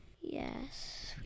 Yes